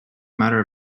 matter